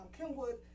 Kenwood